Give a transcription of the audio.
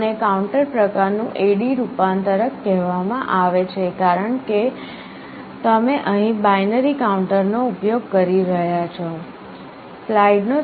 આને કાઉન્ટર પ્રકાર નું AD રૂપાંતરક કહેવામાં આવે છે કારણ કે તમે અહીં બાઈનરી કાઉન્ટરનો ઉપયોગ કરી રહ્યાં છો